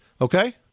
Okay